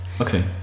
Okay